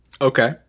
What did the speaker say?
okay